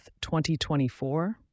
2024